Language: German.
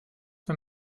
für